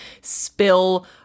spill